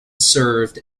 served